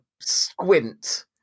squint